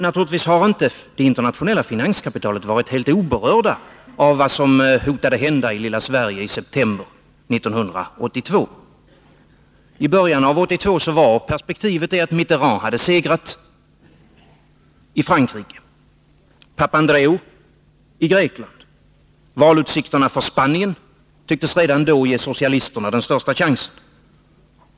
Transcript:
Naturligtvis har inte det internationella finanskapitalet varit helt oberört av vad som hotade hända i det lilla Sverige i september 1982. Ibörjan av 1982 var perspektivet det att Mitterrand hade segrat i Frankrike och Papandreou i Grekland. Valutsikterna i Spanien tycktes redan då ge socialisterna den största chansen.